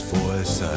voice